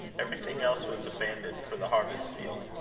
everything else was abandoned for the harvest field.